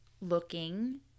looking